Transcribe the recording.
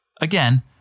again